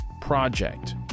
Project